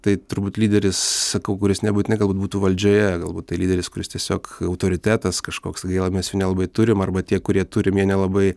tai turbūt lyderis sakau kuris nebūtinai galbūt būtų valdžioje galbūt tai lyderis kuris tiesiog autoritetas kažkoks gaila mes jų nelabai turim arba tie kurie turi nelabai